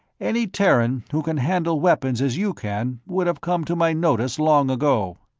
any terran who can handle weapons as you can would have come to my notice long ago.